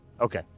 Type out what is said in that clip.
Okay